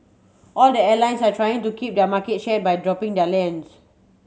all the airlines are trying to keep their market share by dropping their lines